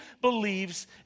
believes